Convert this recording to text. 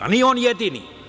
Nije on jedini.